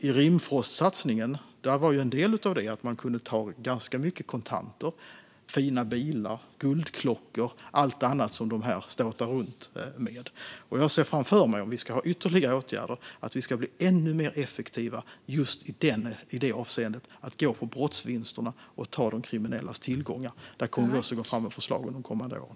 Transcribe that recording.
I Rimfrostsatsningen var en del av det att man kunde ta ganska mycket kontanter, fina bilar, guldklockor och allt annat som de här personerna ståtar med. Jag ser framför mig att om vi ska ha ytterligare åtgärder ska vi bli ännu mer effektiva just i det avseendet och gå på brottsvinsterna och ta de kriminellas tillgångar. Där kommer vi också att gå fram med förslag de kommande åren.